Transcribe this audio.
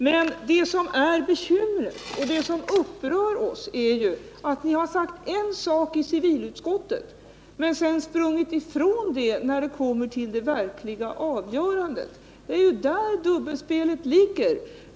Men det som är bekymret och det som upprör oss är att ni har sagt en sak i civilutskottet men sedan sprungit ifrån det vid det verkliga avgörandet. Det är där dubbelspelet ligger.